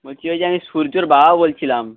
বলছি ওই যে আমি সূর্যর বাবা বলছিলাম